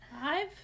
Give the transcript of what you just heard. Five